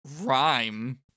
Rhyme